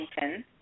Washington